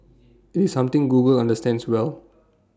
IT is something Google understands well